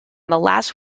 last